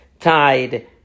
Tied